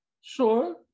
Sure